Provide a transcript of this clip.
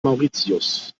mauritius